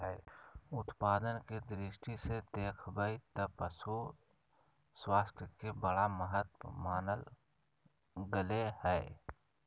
उत्पादन के दृष्टि से देख बैय त पशु स्वास्थ्य के बड़ा महत्व मानल गले हइ